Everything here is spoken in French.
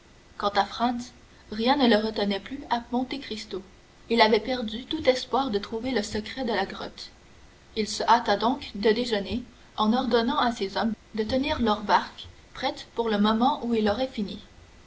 quant à franz rien ne le retenait plus à monte cristo il avait perdu tout espoir de trouver le secret de la grotte il se hâta donc de déjeuner en ordonnant à ses hommes de tenir leur barque prête pour le moment où il aurait fini